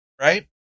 Right